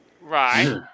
Right